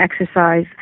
exercise